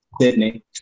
Sydney